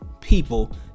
people